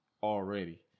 Already